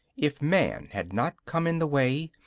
if man had not come in the way,